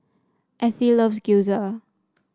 Ethie loves Gyoza